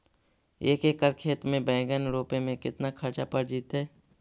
एक एकड़ खेत में बैंगन रोपे में केतना ख़र्चा पड़ जितै?